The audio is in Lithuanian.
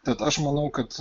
tad aš manau kad